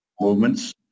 movements